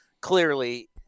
clearly –